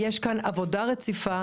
יש כאן עבודה רציפה,